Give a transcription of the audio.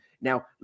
Now